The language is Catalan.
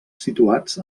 situats